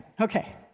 Okay